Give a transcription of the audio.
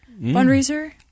fundraiser